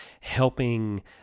helping